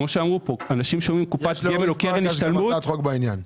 יש לפרקש הצעת חוק בעניין.